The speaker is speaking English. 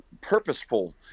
purposeful